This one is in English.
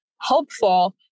helpful